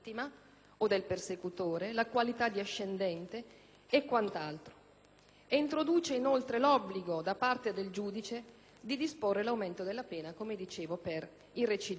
la qualità di ascendente e quant'altro.